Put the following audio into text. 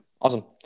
Awesome